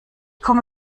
komme